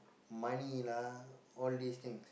money lah all these things